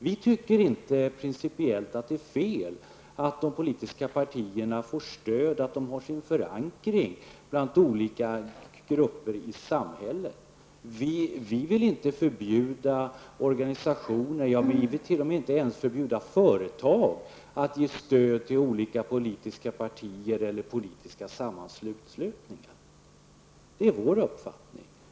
Vi tycker inte att det principiellt är fel att politiska partier får stöd och att de har sin förankring hos olika grupper i samhället. Vi vill inte förbjuda organisationer, ja, inte ens företag, att ge stöd till olika politiska partier eller politiska sammanslutningar. Det är vår uppfattning.